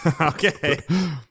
Okay